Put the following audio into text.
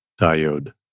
Diode